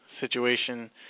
situation